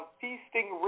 feasting